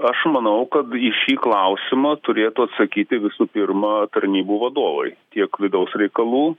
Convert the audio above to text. aš manau kad į šį klausimą turėtų atsakyti visų pirma tarnybų vadovai tiek vidaus reikalų